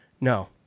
No